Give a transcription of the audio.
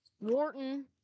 Wharton